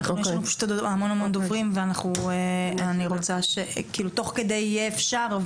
יש לנו עוד המון דוברים ותוך כדי יהיה אפשר,